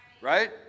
right